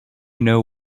know